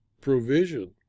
provision